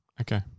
Okay